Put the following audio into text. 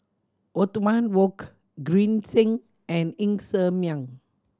Othman Wok Green Zeng and Ng Ser Miang